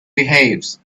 behaves